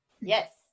Yes